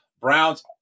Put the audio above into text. Browns